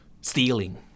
stealing